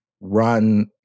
run